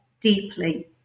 deeply